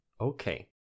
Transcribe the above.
Okay